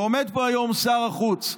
ועומד פה היום שר החוץ,